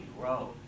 grow